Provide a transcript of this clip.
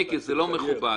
מיקי, זה לא מכובד,